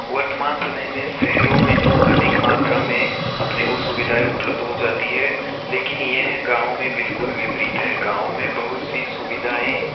वर्तमान समय में शहरों में तो अधिक मात्रा में अपने को सुविधाएँ उपलब्ध हो जाती हैं लेकिन यह गाँव में बिल्कुल विपरीत है गाँव में बहुत सी सुविधाएँ